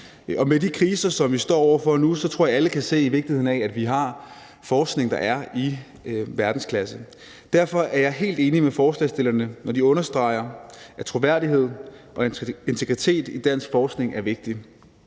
med de kriser, som vi står over for nu, tror jeg at alle kan se vigtigheden af, at vi har forskning, der er i verdensklasse. Derfor er jeg helt enig med forslagsstillerne, når de understreger, at troværdighed og integritet i dansk forskning er vigtigt.